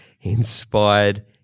inspired